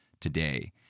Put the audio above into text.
today